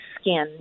skin